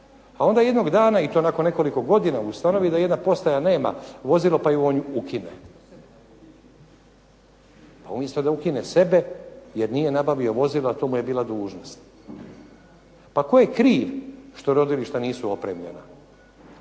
A onda jednog dana i to nakon nekoliko godina ustanovi da jedna postaja nema vozilo pa ju on ukine. Umjesto da ukine sebe jer nije nabavio vozila, a to mu je bila dužnost. Pa tko je kriv što rodilišta nisu opremljena?